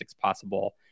possible